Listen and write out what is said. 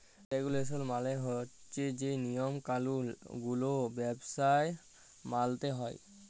রেগুলেসল মালে হছে যে লিয়ম কালুল গুলা ব্যবসায় মালতে হ্যয়